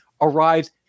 arrives